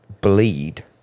Bleed